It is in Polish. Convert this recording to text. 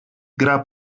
gra